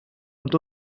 ond